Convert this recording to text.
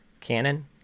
canon